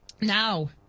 Now